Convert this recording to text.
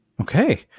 Okay